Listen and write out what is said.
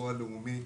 אירוע לאומי,